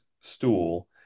stool